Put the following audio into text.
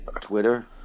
Twitter